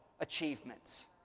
achievements